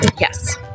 Yes